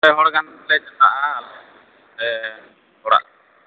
ᱯᱮ ᱦᱚᱲ ᱜᱟᱱᱞᱮ ᱪᱟᱞᱟᱜᱼᱟ ᱟᱞᱮ ᱚᱲᱟᱜ